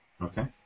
Okay